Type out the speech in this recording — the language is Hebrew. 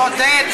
שודד.